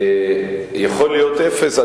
יכול להיות אפס,